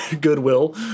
goodwill